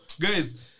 guys